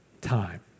time